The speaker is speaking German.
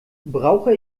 brauche